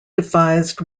devised